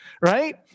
right